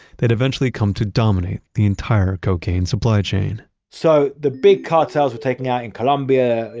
they'd eventually come to dominate the entire cocaine supply chain so the big cartels were taken out in colombia.